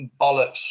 bollocks